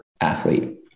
athlete